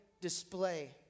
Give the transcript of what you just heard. display